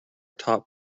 top